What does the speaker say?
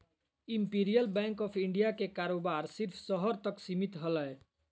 imperial Bank of India के कारोबार सिर्फ़ शहर तक सीमित हलय